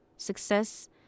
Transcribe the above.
Success